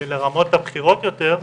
לרמות הבכירות יותר,